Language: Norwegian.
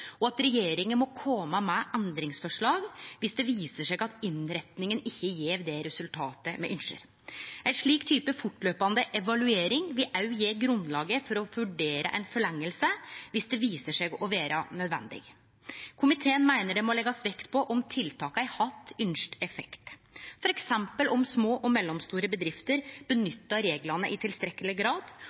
og at regjeringa må kome med endringsforslag viss det viser seg at innretninga ikkje gjev det resultatet me ynskjer. Ein slik type fortløpande evaluering vil òg gje grunnlaget for å vurdere ei forlenging viss det viser seg å vere nødvendig. Komiteen meiner det må leggjast vekt på om tiltaka har hatt ynskt effekt, f.eks. om små og mellomstore bedrifter nyttar reglane i tilstrekkeleg grad,